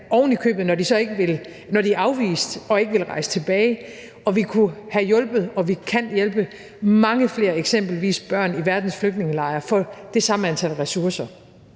del af dem er endda afvist, og de vil ikke rejse tilbage. Vi kunne have hjulpet og vi kan hjælpe f.eks. mange flere børn i verdens flygtningelejre for den samme mængde ressourcer.